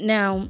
Now